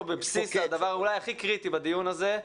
בבסיס הדבר וזה אולי הנושא הכי קריטי בדיון הזה.